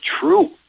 true